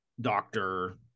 doctor